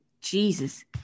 Jesus